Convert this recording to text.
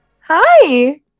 Hi